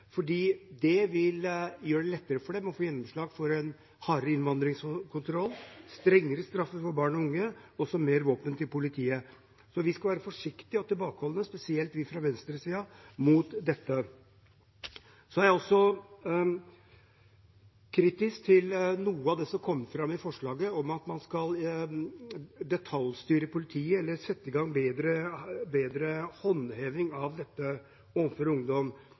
det – og det vil gjøre det lettere for dem å få gjennomslag for en hardere innvandringskontroll, strengere straffer for barn og unge og mer våpen til politiet. Så vi skal være forsiktige og tilbakeholdne – spesielt vi fra venstresiden – med dette. Jeg er også kritisk til noe av det som kommer fram i forslaget om at man skal detaljstyre politiet, eller sette i gang en bedre håndheving av dette overfor ungdom.